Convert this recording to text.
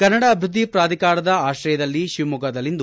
ಕನ್ನಡ ಅಭಿವೃದ್ದಿ ಪ್ರಾಧಿಕಾರದ ಆಶ್ರಯದಲ್ಲಿ ಶಿವಮೊಗ್ಗದಲ್ಲಿಂದು